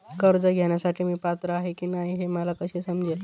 कर्ज घेण्यासाठी मी पात्र आहे की नाही हे मला कसे समजेल?